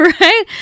right